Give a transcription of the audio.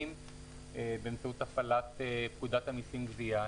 באמצעות הפעלת פקודת המסים (גבייה),